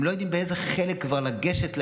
הם כבר לא יודעים צאיזה חלק לגשת לילד,